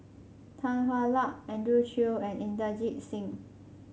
Tan Hwa Luck Andrew Chew and Inderjit Singh